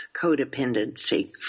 codependency